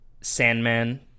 Sandman